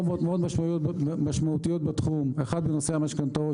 הסכומים האמורים יעוגלו לסכום הקרוב שהוא